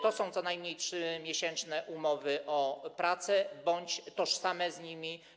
To są co najmniej 3-miesięczne umowy o pracę bądź tożsame z nimi.